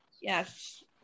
Yes